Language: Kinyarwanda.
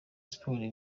sports